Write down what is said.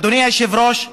אדוני היושב-ראש,